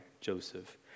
Joseph